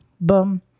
boom